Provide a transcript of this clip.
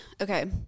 Okay